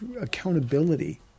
accountability